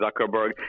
Zuckerberg